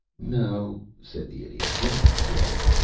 no, said the idiot. not quite.